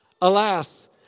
Alas